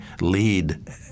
lead